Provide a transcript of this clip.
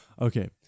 Okay